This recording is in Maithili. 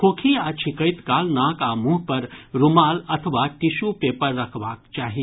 खोखी आ छिकैत काल नाक आ मुंह पर रूमाल अथवा टिश्यू पेपर रखबाक चाही